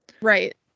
Right